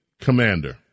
commander